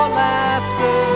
laughter